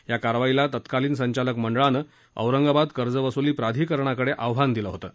या कारवाईला तत्कालीन संचालक मंडळानं औरंगाबाद कर्जवसुली प्राधिकरणाकडं आव्हान दिलं होतं